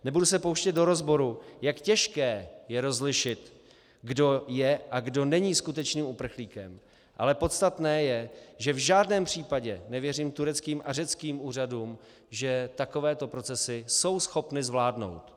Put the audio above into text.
Nebudu se pouštět do rozboru, jak těžké je rozlišit, kdo je a kdo není skutečným uprchlíkem, ale podstatné je, že v žádném případě nevěřím tureckým a řeckým úřadům, že takovéto procesy jsou schopny zvládnout.